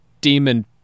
demon